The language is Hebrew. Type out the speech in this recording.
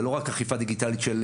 זה לא רק אכיפה דיגיטלית של